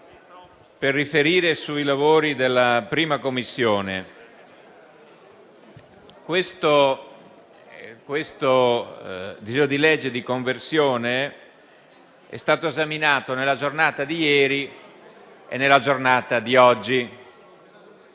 per riferire sui lavori della 1a Commissione. Il disegno di legge di conversione n. 553 è stato esaminato nella giornata di ieri e nella giornata di oggi.